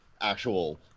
actual